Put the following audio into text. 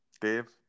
Dave